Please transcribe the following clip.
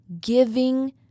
giving